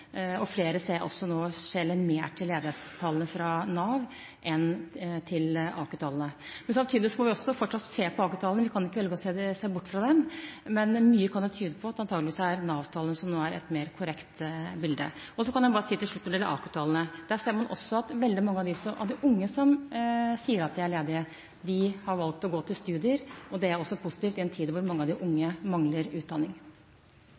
at flere nå skjeler mer til ledighetstallene fra Nav enn til AKU-tallene. Men samtidig må vi fortsatt også se på AKU-tallene, vi kan ikke velge å se bort fra dem, men mye kan tyde på at det antagelig er Nav-tallene som nå gir et mest korrekt bilde. Så kan jeg bare si til slutt at når det gjelder AKU-tallene, ser man også at veldig mange av de unge som sier at de er ledige, har valgt å gå til studier, og det er også positivt i en tid da mange av de unge mangler utdanning.